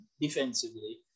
defensively